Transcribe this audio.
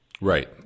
Right